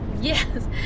Yes